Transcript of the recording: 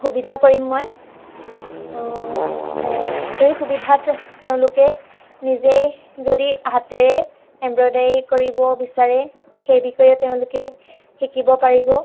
সুবিধা কৰিম মই এই সুবিধাত তেওঁলোকে নিজেই যদি হাতেৰে এমব্ৰইডাৰী কৰিব বিচাৰে সেই বিষয়ে তেওঁলোকে শিকিব পাৰিব